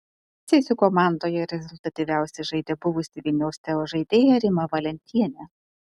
cėsių komandoje rezultatyviausiai žaidė buvusi vilniaus teo žaidėja rima valentienė